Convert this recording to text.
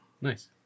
Nice